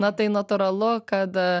na tai natūralu kad